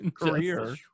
career